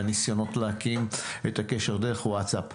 והניסיונות להקים את הקשר דרך וואטסאפ.